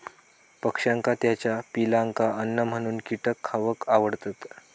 पक्ष्यांका त्याच्या पिलांका अन्न म्हणून कीटक खावक आवडतत